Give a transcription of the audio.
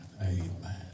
Amen